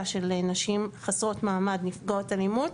של נשים חסרות מעמד נפגעות אלימות.